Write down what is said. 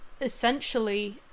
essentially